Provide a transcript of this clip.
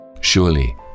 Surely